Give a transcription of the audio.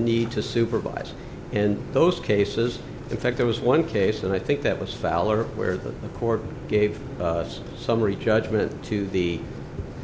need to supervise and those cases in fact there was one case and i think that was fowler where the court gave us summary judgment to the